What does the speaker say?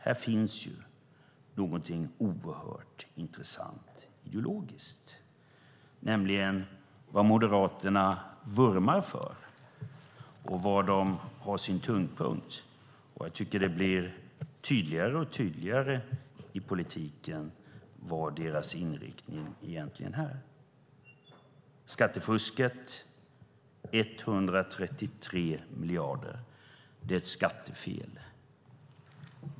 Här finns ju någonting oerhört intressant ideologiskt, nämligen vad Moderaterna vurmar för och var de har sin tyngdpunkt. Jag tycker att det blir tydligare och tydligare i politiken vilken deras inriktning egentligen är. Skattefusket, 133 miljarder, är ett skattefel.